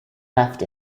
left